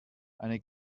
eine